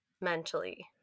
mentally